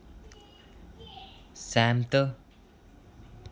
सैह्मत